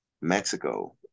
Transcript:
Mexico